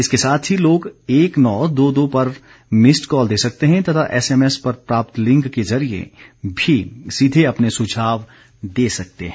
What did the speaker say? इसके साथ ही लोग एक नौ दो दो पर मिस्ड कॉल दे सकते हैं तथा एसएमएस पर प्राप्त लिंक के जरिए भी सीधे अपने सुझाव दे सकते हैं